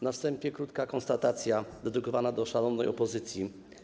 Na wstępie krótka konstatacja dedykowana szalonej opozycji.